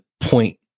point